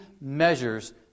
measures